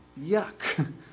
Yuck